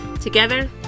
Together